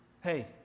Hey